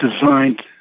designed